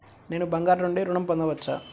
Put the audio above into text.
నేను బంగారం నుండి ఋణం పొందవచ్చా?